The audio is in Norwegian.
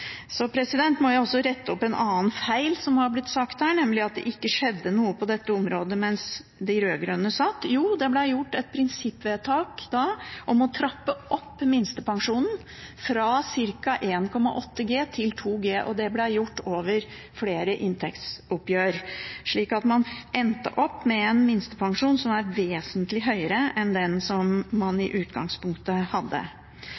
Så må jeg også rette opp en annen feil som har blitt sagt her, nemlig at det ikke skjedde noe på dette området mens de rød-grønne satt. Jo, det ble gjort et prinsippvedtak da om å trappe opp minstepensjonen fra ca. 1,8 G til 2 G, og det ble gjort over flere inntektsoppgjør, slik at man endte opp med en minstepensjon som er vesentlig høyere enn den man i utgangspunktet hadde.